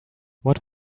what